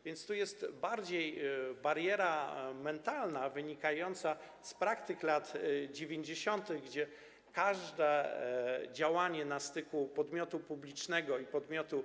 A więc tu jest bardziej bariera mentalna, wynikająca z praktyk lat 90., gdzie każde działanie na styku podmiotu publicznego i podmiotu